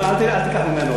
אל תיקח ממנו,